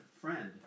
Friend